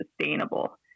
sustainable